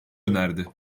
önerdi